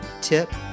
tip